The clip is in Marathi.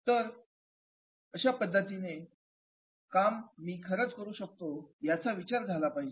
तर कशा पद्धतीचे काम मी खरंच करू शकतो याचा विचार झाला पाहिजे